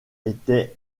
était